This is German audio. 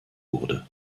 wurde